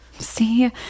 see